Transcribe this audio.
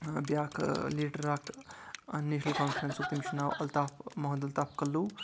بیاکھ لیٖڈر اکھ نیشنَل کانفرنسُک تٔمِس چھُ ناو الطاف محمد الطاف کلو